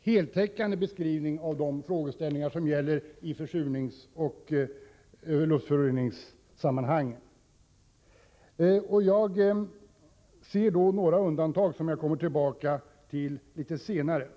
heltäckande beskrivning av de frågeställningar som gäller i försurningsoch luftföroreningssammanhang. Men jag ser några undantag, som jag vill komma tillbaka till senare.